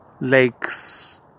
lakes